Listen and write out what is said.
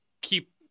keep